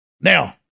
Now